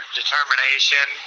determination